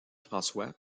françois